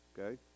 okay